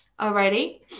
alrighty